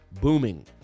booming